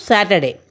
Saturday